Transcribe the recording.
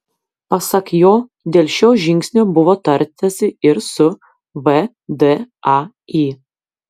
pasak jo dėl šio žingsnio buvo tartasi ir su vdai